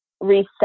reset